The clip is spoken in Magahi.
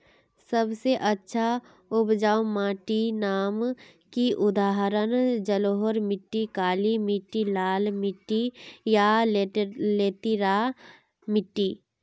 सबसे अच्छा उपजाऊ माटिर नाम की उदाहरण जलोढ़ मिट्टी, काली मिटटी, लाल मिटटी या रेतीला मिट्टी?